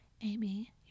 Amy